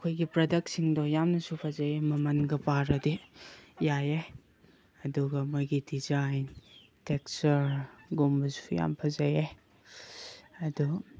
ꯃꯈꯣꯏꯒꯤ ꯄ꯭ꯔꯗꯛꯁꯤꯡꯗꯣ ꯌꯥꯝꯅꯁꯨ ꯐꯖꯩꯌꯦ ꯃꯃꯟꯒ ꯄꯥꯔꯗꯤ ꯌꯥꯏꯌꯦ ꯑꯗꯨꯒ ꯃꯣꯏꯒꯤ ꯗꯤꯖꯥꯏꯟ ꯇꯦꯛꯆꯔꯒꯨꯝꯕꯁꯨ ꯌꯥꯝꯅ ꯐꯖꯩꯌꯦ ꯑꯗꯨ